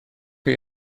chi